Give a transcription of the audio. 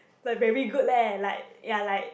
like very good leh like ya like